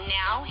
now